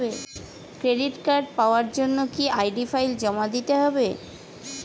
Credit card পাওয়ার জন্য কি আই.ডি ফাইল জমা দিতে হবে?